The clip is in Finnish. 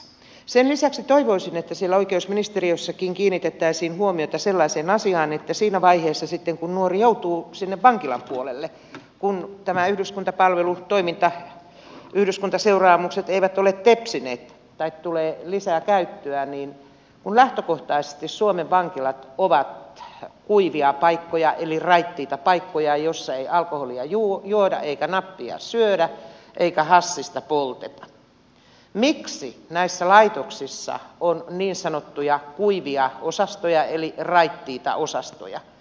sen lisäksi toivoisin että oikeusministeriössäkin kiinnitettäisiin huomiota sellaiseen asiaan että siinä vaiheessa kun nuori joutuu sinne vankilan puolelle kun yhdyskuntapalvelutoiminta yhdyskuntaseuraamukset eivät ole tepsineet tai tulee lisää käyttöä niin kun lähtökohtaisesti suomen vankilat ovat kuivia paikkoja eli raittiita paikkoja joissa ei alkoholia juoda eikä nappia syödä eikä hasista polteta miksi näissä laitoksissa on niin sanottuja kuivia osastoja eli raittiita osastoja